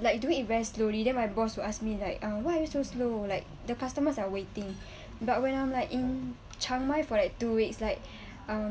like do it very slowly then my boss will ask me like uh why are you so slow like the customers are waiting but when I'm like in chiang mai for like two weeks like um